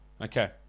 Okay